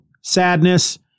sadness